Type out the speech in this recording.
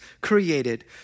created